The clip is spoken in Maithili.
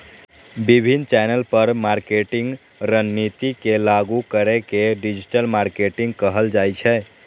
विभिन्न चैनल पर मार्केटिंग रणनीति के लागू करै के डिजिटल मार्केटिंग कहल जाइ छै